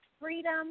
freedom